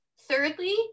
thirdly